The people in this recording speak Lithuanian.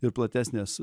ir platesnės